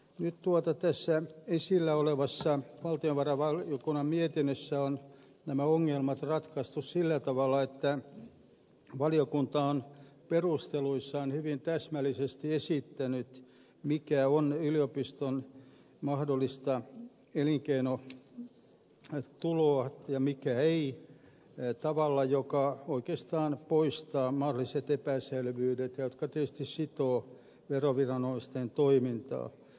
nyt tässä esillä olevassa valtiovarainvaliokunnan mietinnössä on nämä ongelmat ratkaistu sillä tavalla että valiokunta on perusteluissaan hyvin täsmällisesti esittänyt mikä on yliopiston mahdollista elinkeinotuloa ja mikä ei tavalla joka oikeastaan poistaa mahdolliset epäselvyydet jotka tietysti sitovat veroviranomaisten toimintaa